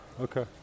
Okay